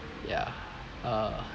yeah uh